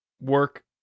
work